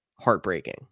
heartbreaking